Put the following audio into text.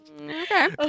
okay